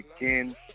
again